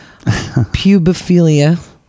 Pubophilia